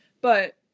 But-